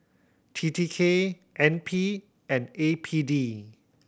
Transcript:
T T K N P and A P D